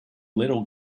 little